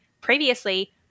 previously